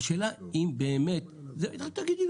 השאלה תגידי לי,